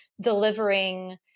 delivering